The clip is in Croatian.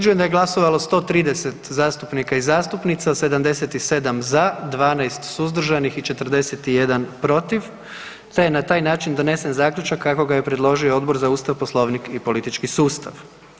da je glasovalo 130 zastupnika i zastupnica, 77 za, 12 suzdržanih i 41 protiv, te je na taj način donesen zaključak kako ga je predložio Odbor za ustav, poslovnik i politički sustav.